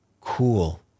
cool